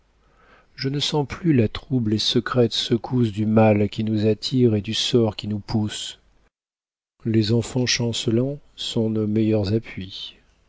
je ne sens plus la trouble et secrète secousse du mal qui nous attire et du sort qui nous pousse les enfants chancelants sont nos meilleurs appuis